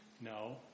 No